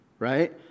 right